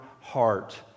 heart